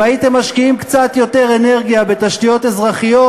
אם הייתם משקיעים קצת יותר אנרגיה בתשתיות אזרחיות,